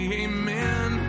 amen